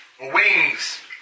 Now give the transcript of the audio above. wings